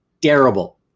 terrible